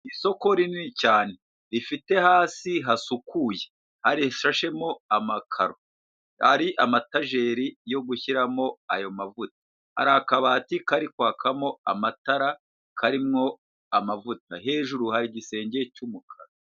Isoko rinini cyane rifite hasi hasukuye hariya ishashemo amakaro ari amatajeri yo gushyiramo ayo mavuta hari akabati kari kwakamo amatara karimwo amavuta hejuru hari igisenge cy'umukara.